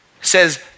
says